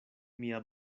mia